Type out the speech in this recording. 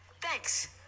Thanks